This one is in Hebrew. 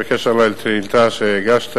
בקשר לשאילתא שהגשת,